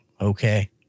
okay